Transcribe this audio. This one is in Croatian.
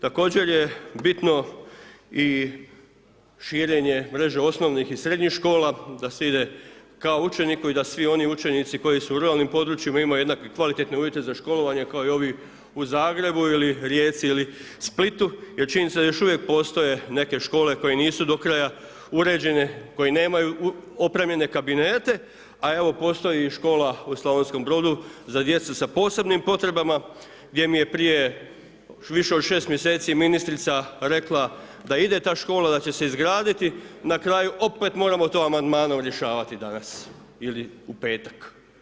Također je bitno i širenje mreže osnovnih i srednjih škola, da se ide ka učeniku i da svi oni učenici koji su u ruralnim područjima imaju jednake kvalitetne uvjete za školovanja kao i ovi u Zagrebu, ili Rijeci, ili Splitu, jer činjenica da još uvijek postoje neke škole koje nisu do kraja uređene, koje nemaju opremljene kabinete, a evo postoji i škola u Slavonskom Brodu za djecu sa posebnim potrebama, gdje mi je prije više od 6 mjeseci ministrica rekla da ide ta škola, da će se izgraditi, na kraju opet moramo to amandmanom rješavati danas, ili u petak.